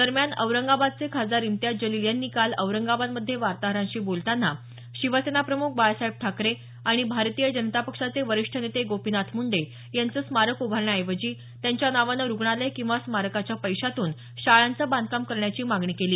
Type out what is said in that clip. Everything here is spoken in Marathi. दरम्यान औरंगाबादचे खासदार इम्तियाज जलील यांनी काल औरंगाबादमध्ये वार्ताहरांशी बोलतांना शिवसेना प्रमुख बाळासाहेब ठाकरे आणि भारतीय जनता पक्षाचे वरिष्ठ नेते गोपीनाथ मुंडे यांचं स्मारक उभारण्याऐवजी त्यांच्या नावानं रूग्णालय किंवा स्मारकाच्या पैशातून शाळांचं बांधकाम करण्याची मागणी केली